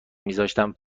میذاشتم